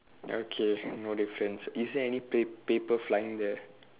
okay no difference is there any pa~ paper flying there